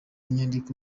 inyandiko